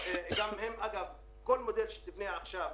מזה,